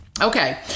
Okay